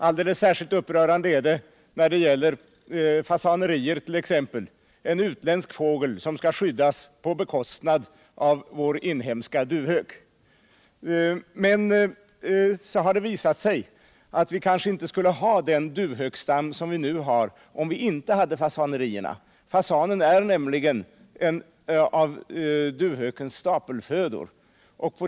Alldeles särskilt upprörande är det när det gäller t.ex. fasanerier, då en utländsk fågel skall skyddas på bekostnad av vår inhemska duvhök. Men det har visat sig att vi kanske inte skulle ha den duvhökstam som vi nu har i Sverige, om vi inte hade fasanerierna. Fasanen är nämligen en av duvhökens stapelfödor.